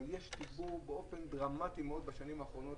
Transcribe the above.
אבל יש תגבור באופן דרמטי מאוד בשנים האחרונות